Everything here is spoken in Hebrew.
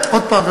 עוד הפעם,